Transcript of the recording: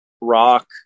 rock